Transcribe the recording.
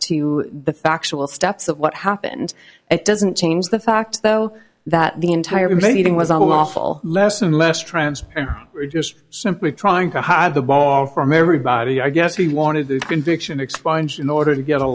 to the factual steps of what happened it doesn't change the fact though that the entire meeting was awful less and less transparent or just simply trying to hide the ball from everybody i guess he wanted conviction expunged in order to get a